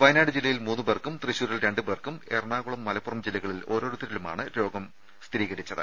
വയനാട് ജില്ലയിൽ മൂന്ന് പേർക്കും തൃശൂരിൽ രണ്ട് പേർക്കും എറണാകുളം മലപ്പുറം ജില്ലകളിൽ ഓരോരുത്തർക്കുമാണ് രോഗം ബാധിച്ചത്